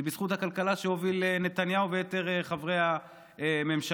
זה בזכות הכלכלה שהוביל נתניהו ויתר חברי הממשלה.